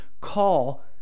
call